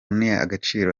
n’agaciro